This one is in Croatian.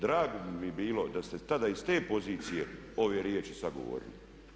Drago bi mi bilo da ste tada iz te pozicije ove riječi sada govorili.